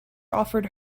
offered